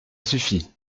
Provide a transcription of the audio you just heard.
suffit